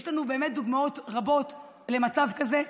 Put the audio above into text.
יש לנו באמת דוגמאות רבות למצב כזה.